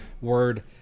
word